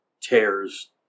tears